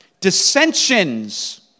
dissensions